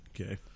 Okay